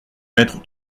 mettre